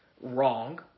wrong